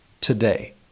today